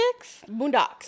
Boondocks